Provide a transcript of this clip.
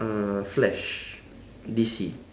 uh flash D_C